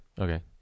Okay